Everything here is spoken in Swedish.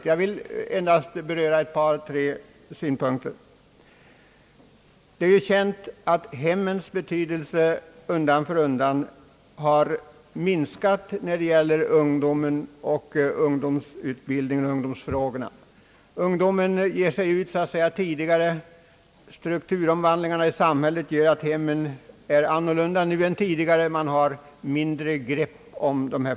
Jag vill endast beröra några punkler: Det är känt att hemmens betydelse undan för undan har minskat när det gäller ungdomen, dess utbildning och fostran. Ungdomen ger sig ut från hem men tidigare. Strukturomvandlingen i samhället gör att hemmen nu har en annan funktion än tidigare. Hemmen har nu mindre grepp om ungdomen.